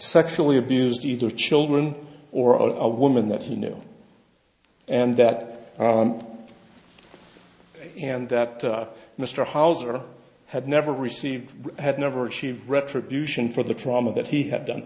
sexually abused either children or a woman that he knew and that and that mr hauser had never received had never achieved retribution for the trauma that he had done